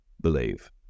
believe